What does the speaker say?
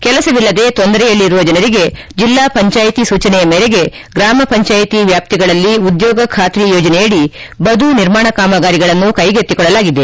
ಕೆಲಸವಿಲ್ಲದೆ ತೊಂದರೆಯಲ್ಲಿರುವ ಜನರಿಗೆ ಜಿಲ್ಲಾ ಪಂಚಾಯಿತಿ ಸೂಚನೆಯ ಮೇರೆಗೆ ಗ್ರಾಮ ಪಂಚಾಯಿತಿ ವ್ಯಾಪ್ತಿಗಳಲ್ಲಿ ಉದ್ಯೋಗ ಖಾತ್ರಿ ಯೋಜನೆಯಡಿ ಬದು ನಿರ್ಮಾಣ ಕಾಮಗಾರಿಗಳನ್ನು ಕೈಗೆತ್ತಿಕೊಳ್ಳಲಾಗಿದೆ